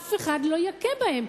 אף אחד לא יכה בהם.